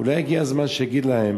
אולי הגיע הזמן שיגיד להם